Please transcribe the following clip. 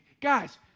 Guys